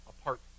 apart